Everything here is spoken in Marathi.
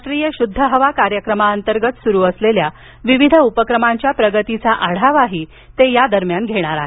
राष्ट्रीय शुद्ध हवा कार्यक्रमांतर्गत सुरु असलेल्या विविध उपक्रमांच्या प्रगतीचा आढावाही ते या दरम्यान घेतील